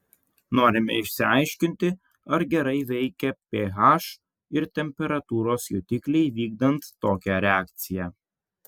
norime išsiaiškinti ar gerai veikia ph ir temperatūros jutikliai vykdant tokią reakciją